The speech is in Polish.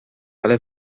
ale